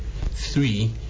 three